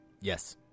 yes